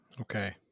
okay